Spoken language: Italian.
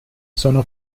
sono